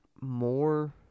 more